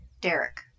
Derek